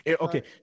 Okay